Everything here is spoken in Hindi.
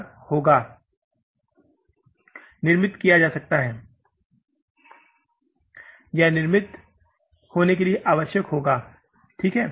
निर्मित किया जा सकता है या निर्मित होने के लिए आवश्यक होगा ठीक है